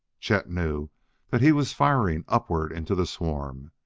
chet knew that he was firing upward into the swarm,